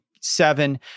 seven